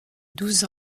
douze